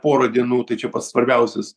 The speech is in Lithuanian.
pora dienų tai čia pats svarbiausias